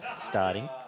starting